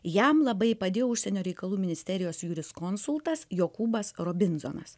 jam labai padėjo užsienio reikalų ministerijos juriskonsultas jokūbas robinzonas